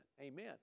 Amen